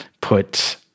put